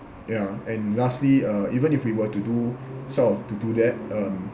ya and lastly uh even if we were to do sort of to do that um